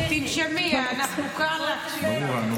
פשוט תמשיכי, יקרה, תמשיכי.